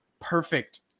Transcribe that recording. perfect